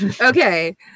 Okay